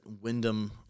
Wyndham